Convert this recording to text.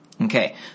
Okay